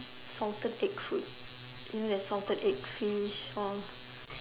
salted egg food you know there's salted egg fish